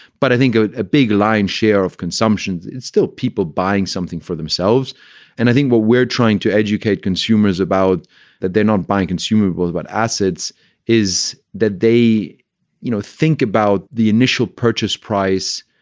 but i think ah a big lion's share of consumption is still people buying something for themselves and i think what we're trying to educate consumers about that they're not buying consumables. what assets is that? they you know think about the initial purchase price.